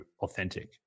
authentic